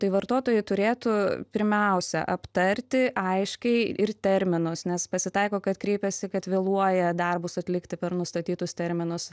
tai vartotojai turėtų pirmiausia aptarti aiškiai ir terminus nes pasitaiko kad kreipiasi kad vėluoja darbus atlikti per nustatytus terminus